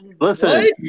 listen